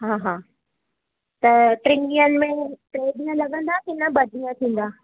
हा हा त टिनि ॾींहंनि में टे ॾींहं लॻंदा की न ॿ ॾींहं थींदा